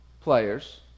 players